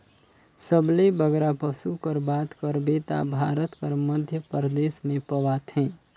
सबले बगरा पसु कर बात करबे ता भारत कर मध्यपरदेस में पवाथें